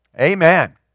Amen